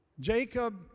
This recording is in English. Jacob